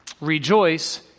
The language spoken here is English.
Rejoice